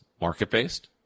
market-based